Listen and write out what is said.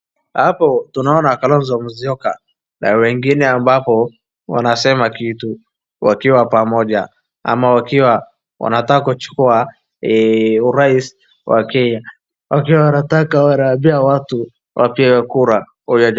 Hapo tunaona Kalonzo Musyoka na wengine ambapo wanasema kitu wakiwa pamoja ama wakiwa wanataka kuchukua urais wakiwa wanataka wanaambia watu wapige kura.